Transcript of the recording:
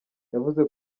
yavuze